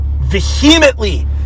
vehemently